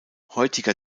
heutiger